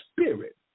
spirit